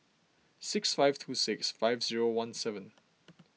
six five two six five zero one seven